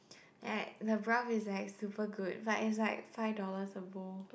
at the broth is like super good but it's like five dollars a bowl